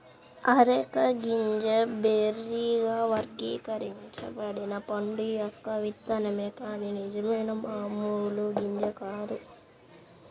areca గింజ బెర్రీగా వర్గీకరించబడిన పండు యొక్క విత్తనమే కాని నిజమైన మామూలు గింజ కాదు